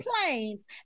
planes